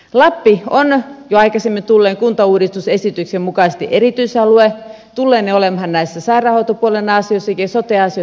lappi on jo aikaisemmin tulleen kuntauudistusesityksen mukaisesti erityisalue tulee olemaan näissä sairaanhoitopuolen asioissakin sote asioissa erityisalue